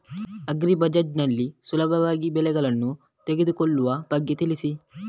agri Bazaar ನಲ್ಲಿ ಸುಲಭದಲ್ಲಿ ಬೆಳೆಗಳನ್ನು ತೆಗೆದುಕೊಳ್ಳುವ ಬಗ್ಗೆ ತಿಳಿಸಿ